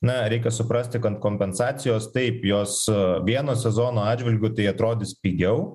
na reikia suprasti kad kompensacijos taip jos vieno sezono atžvilgiu tai atrodys pigiau